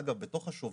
אגב, בתוך השוברים,